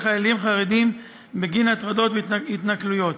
חיילים חרדים בגין הטרדות והתנכלויות.